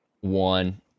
One